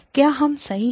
क्या हम सही हैं